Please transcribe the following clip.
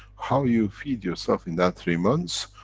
how you feed yourself in that three months?